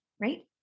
right